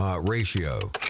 ratio